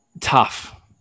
tough